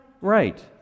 Right